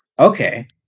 Okay